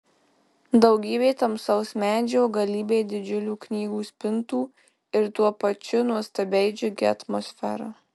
daugybė tamsaus medžio galybė didžiulių knygų spintų ir tuo pačiu nuostabiai džiugi atmosfera